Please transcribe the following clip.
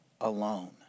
alone